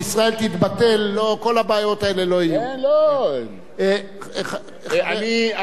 אני מציע לך שתקשיב כבר,